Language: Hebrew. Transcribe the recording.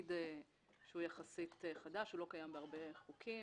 תפקיד שהוא יחסית חדש ולא קיים בהרבה חוקים.